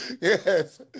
Yes